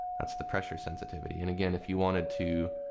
that's the pressure sensitivity. and again, if you wanted to,